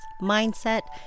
mindset